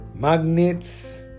Magnets